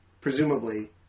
presumably